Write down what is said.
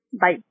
Bye